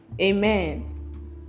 Amen